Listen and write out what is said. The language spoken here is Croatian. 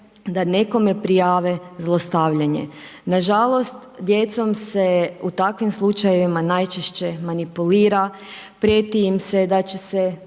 da nekome prijave zlostavljanje. Nažalost, djecom se u takvim slučajevima najčešće manipulira, prijeti im se da će se